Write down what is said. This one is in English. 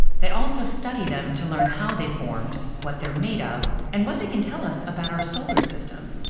they also study them to learn how they formed, what they're made of, and what they can tell us about our solar system.